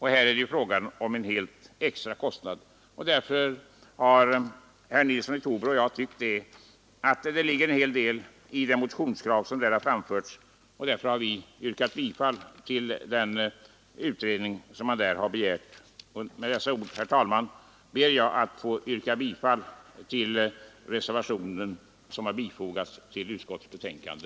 Här är det fråga om en kostnad därutöver. Herr Nilsson i Trobro och jag anser därför att det ligger en hel del i motionskravet och har tillstyrkt den utredning som begärts i motionen. Med dessa ord, herr talman, ber jag att få yrka bifall till den reservation som är fogad till utskottets betänkande.